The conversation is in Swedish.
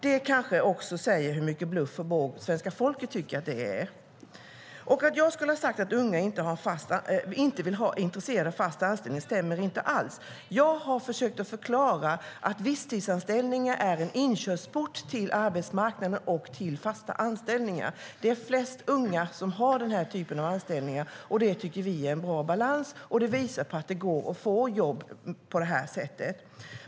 Det kanske också säger hur mycket bluff och båg svenska folket tycker att det är. Att jag skulle ha sagt att unga inte är intresserade av fast anställning stämmer inte alls. Jag har försökt förklara att visstidsanställningar är en inkörsport till arbetsmarknaden och till fasta anställningar. Det är flest unga som har den typen av anställningar. Det tycker vi är en bra balans, och det visar på att det går att få jobb på det här sättet.